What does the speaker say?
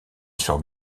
sur